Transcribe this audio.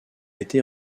été